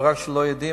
לא רק שלא יודעים,